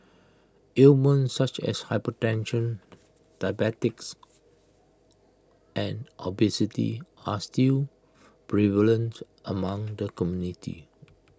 ailments such as hypertension diabetics and obesity are still prevalent among the community